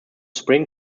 spring